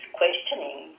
questioning